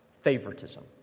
favoritism